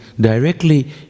directly